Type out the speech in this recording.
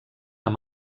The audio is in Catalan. amb